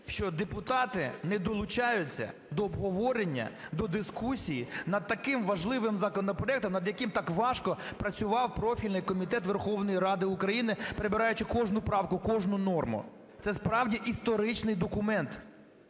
що депутати не долучаються до обговорення, до дискусії над таким важливим законопроектом, над яким так важко працював профільний комітет Верховної Ради України, перебираючи кожну правку, кожну норму. Це справді історичний документ,